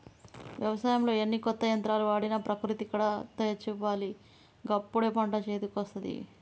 వ్యవసాయంలో ఎన్ని కొత్త యంత్రాలు వాడినా ప్రకృతి కూడా దయ చూపాలి గప్పుడే పంట చేతికొస్తది